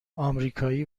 امریکایی